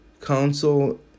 Council